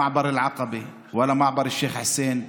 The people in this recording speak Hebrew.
מעבר עקבה, שייח' חוסיין,